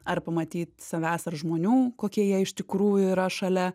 ar pamatyt savęs ar žmonių kokie jie iš tikrųjų yra šalia